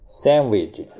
sandwich 。